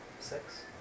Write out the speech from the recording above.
Six